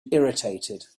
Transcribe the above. irritated